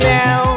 now